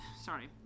sorry